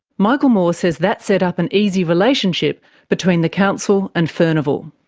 michael moore says that set up an easy relationship between the council and furnival.